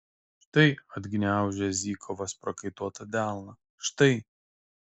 štai atgniaužia zykovas prakaituotą delną štai